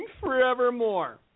forevermore